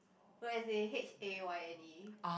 no as in h_a_y_n_e